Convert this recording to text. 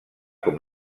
com